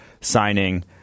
signing